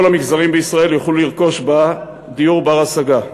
המגזרים בישראל יוכלו לרכוש בה דיור בר-השגה.